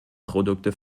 produkte